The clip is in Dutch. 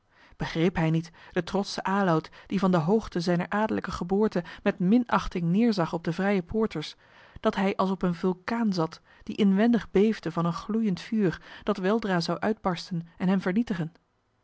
begreep hij niet de trotsche aloud die van de hoogte zijner adellijke geboorte met minachting neerzag op de vrije poorters dat hij als op een vulkaan zat die inwendig beefde van een gloeiend vuur dat weldra zou uitbarsten en hem vernietigen